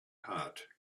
heart